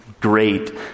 Great